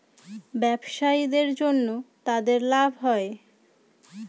ব্যবসায়ীদের জন্য তাদের লাভ হয়